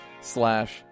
slash